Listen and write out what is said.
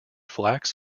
flax